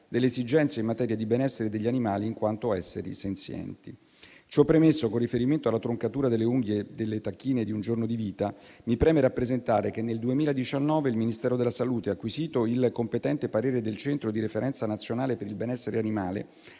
delle esigenze in materia di benessere degli animali in quanto esseri senzienti. Ciò premesso, con riferimento alla troncatura delle unghie delle tacchine di un giorno di vita, mi preme rappresentare che nel 2019 il Ministero della salute, acquisito il competente parere del Centro di referenza nazionale per il benessere animale,